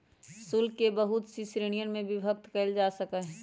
शुल्क के बहुत सी श्रीणिय में विभक्त कइल जा सकले है